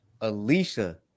Alicia